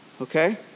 Okay